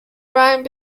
rhyme